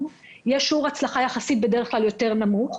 יש בדרך כלל שיעור הצלחה יותר נמוך.